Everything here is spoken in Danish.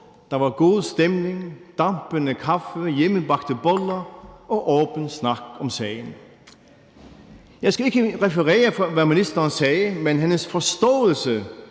der var god stemning, dampende kaffe, hjemmebagte boller og åben snak om sagen. Jeg skal ikke referere, hvad ministeren sagde, men hendes forståelse